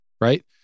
Right